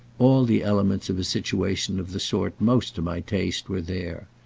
all the elements of a situation of the sort most to my taste were there.